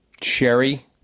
cherry